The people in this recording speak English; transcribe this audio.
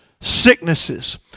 sicknesses